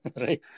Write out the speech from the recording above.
Right